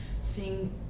seeing